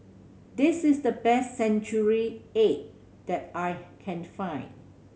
this is the best century egg that I can find